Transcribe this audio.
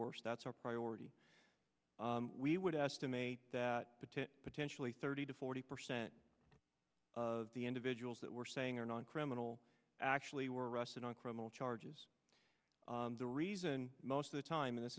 worst that's our priority we would estimate that potentially thirty to forty percent of the individuals that we're saying are non criminal actually were arrested on criminal charges the reason most of the time